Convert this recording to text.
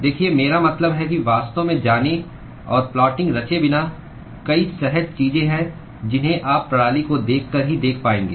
देखिए मेरा मतलब है कि वास्तव में जाने और प्लाटिंग रचे बिना कई सहज चीजें हैं जिन्हें आप प्रणाली को देखकर ही देख पाएंगे